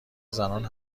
زنان